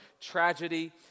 tragedy